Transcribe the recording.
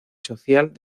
social